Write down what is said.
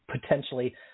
potentially